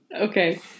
Okay